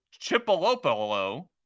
Chipolopolo